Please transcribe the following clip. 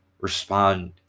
respond